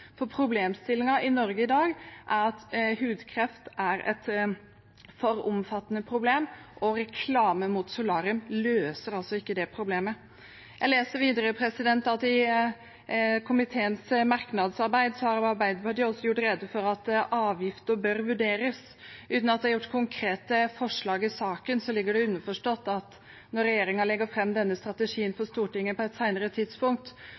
i Norge i dag er at hudkreft er et for omfattende problem. Reklame mot solarium løser altså ikke det problemet. Jeg leser videre i komiteens merknadsarbeid at Arbeiderpartiet også har gjort rede for at avgifter bør vurderes. Uten at det er gjort konkrete forslag i saken, er det underforstått at når regjeringen legger fram denne strategien for Stortinget på et senere tidspunkt,